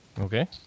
Okay